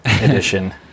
edition